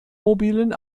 mobilen